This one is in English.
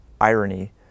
irony